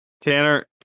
Tanner